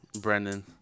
Brendan